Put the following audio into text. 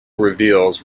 reveals